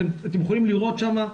אתם יכולים לראות שם,